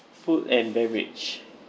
food and beverage